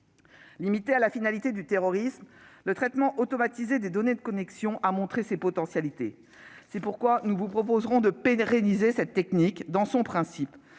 Limité à la finalité de la lutte contre le terrorisme, le traitement automatisé des données de connexion a montré tout son potentiel. C'est pourquoi nous vous proposerons de pérenniser cette technique dans son principe,